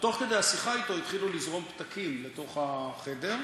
ותוך כדי השיחה אתו התחילו לזרום פתקים לתוך החדר.